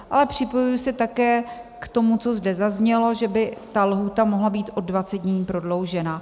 Ale připojuji se také k tomu, co zde zaznělo, že by ta lhůta mohla být o 20 dní prodloužena.